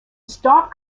stark